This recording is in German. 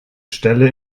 stelle